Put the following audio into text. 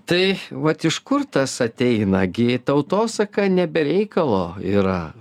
tai vat iš kur tas ateina gi tautosaka ne be reikalo yra